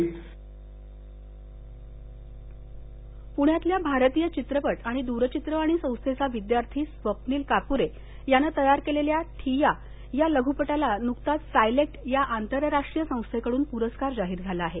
into voice cast Jalukar Madhavi पुण्यातल्या भारतीय चित्रपट आणि दूरचित्रवाणी संस्थेचा विद्यार्थी स्वप्नील कापुरे यानं तयार केलेल्या थिय्या या लघुपटाला नुकताच सायलेक्त या आंतरराष्ट्रीय संस्थेकडून पुरस्कार जाहीर झाला आहे